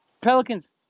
Pelicans